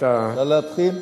אפשר להתחיל?